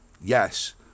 yes